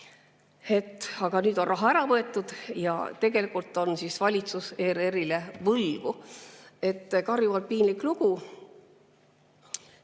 Aga nüüd on raha ära võetud ja tegelikult on valitsus ERR‑ile võlgu. Karjuvalt piinlik lugu.